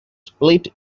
split